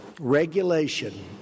Regulation